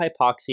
hypoxia